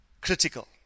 critical